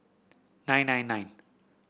nine nine nine